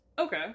Okay